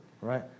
Right